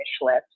list